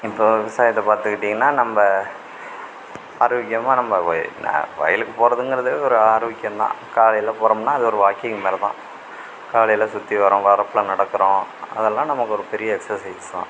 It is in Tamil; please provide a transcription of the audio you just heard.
இப்போ விவசாயத்தை பார்த்துக்கிட்டிங்கனா நம்ம ஆரோக்கியமாக நம்ம வயலுக்கு போகிறதுங்கறது ஒரு ஆரோக்கியம்தான் காலையில் போகிறோம்னா அது ஒரு வாக்கிங் மாதிரிதான் காலையில் சுற்றி வரோம் வரப்பில் நடக்கிறோம் அதெலாம் நமக்கு ஒரு பெரிய எக்ஸசைஸ் தான்